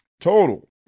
total